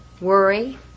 worry